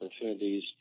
opportunities